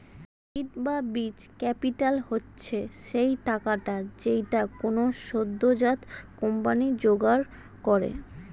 seed বা বীজ capital হচ্ছে সেই টাকাটা যেইটা কোনো সদ্যোজাত কোম্পানি জোগাড় করে